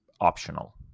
optional